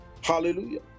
hallelujah